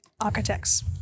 Architects